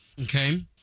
Okay